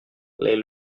les